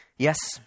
Yes